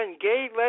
gay